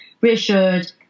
reassured